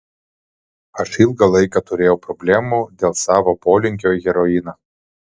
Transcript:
aš ilgą laiką turėjau problemų dėl savo polinkio į heroiną